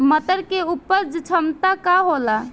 मटर के उपज क्षमता का होला?